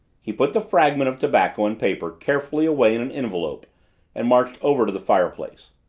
he put the fragment of tobacco and paper carefully away in an envelope and marched over to the fireplace.